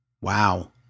wow